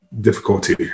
difficulty